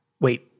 wait